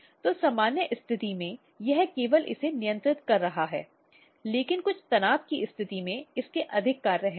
तो सामान्य स्थिति में यह केवल इसे नियंत्रित कर रहा है लेकिन कुछ तनाव की स्थिति में इसके अधिक कार्य हैं